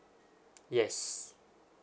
yes